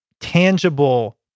tangible